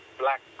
black